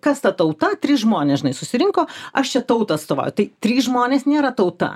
kas ta tauta trys žmonės žinai susirinko aš čia tautą atstovauju tai trys žmonės nėra tauta